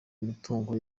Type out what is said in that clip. imitungo